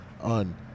on